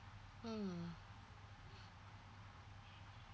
mm